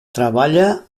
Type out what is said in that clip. treballà